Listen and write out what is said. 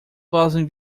fazem